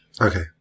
Okay